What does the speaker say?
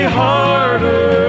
harder